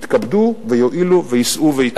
יתכבדו ויואילו ויישאו וייתנו.